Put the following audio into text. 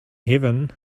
heaven